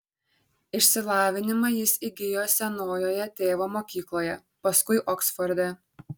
išsilavinimą jis įgijo senojoje tėvo mokykloje paskui oksforde